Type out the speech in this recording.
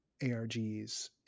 ARGs